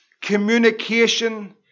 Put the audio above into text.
communication